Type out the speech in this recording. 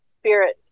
spirit